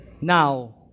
Now